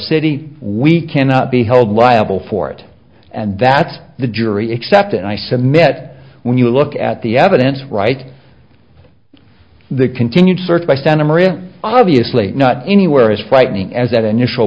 city we cannot be held liable for it and that's the jury except i said met when you look at the evidence right the continued search by santa maria obviously not anywhere as frightening as that initial